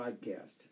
podcast